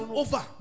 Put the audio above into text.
over